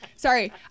Sorry